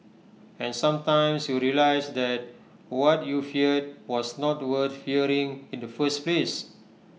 and sometimes you realise that what you feared was not worth fearing in the first place